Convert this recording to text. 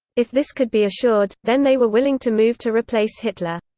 if this could be assured, then they were willing to move to replace hitler.